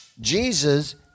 Jesus